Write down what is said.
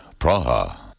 Praha